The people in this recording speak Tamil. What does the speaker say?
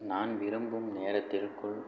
நான் விரும்பும் நேரத்திற்குள்